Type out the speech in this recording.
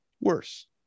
worse